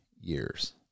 years